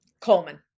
Coleman